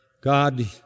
God